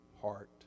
heart